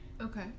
okay